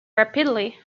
rapidly